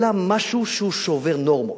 אלא משהו שהוא שובר נורמות,